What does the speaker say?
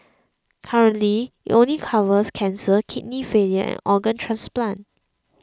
currently it only covers cancer kidney failure and organ transplant